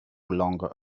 longer